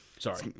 Sorry